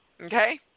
Okay